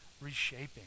reshaping